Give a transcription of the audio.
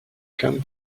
camp